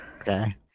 Okay